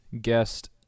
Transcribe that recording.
Guest